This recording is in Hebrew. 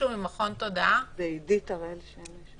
סקול בסן פרנסיסקו לפני שש שנים,